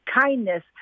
kindness